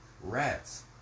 rats